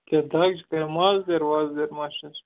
کیٛاہ دَگ چھِ کَران مازبیر وازبیر ما چھَس